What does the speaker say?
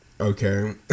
okay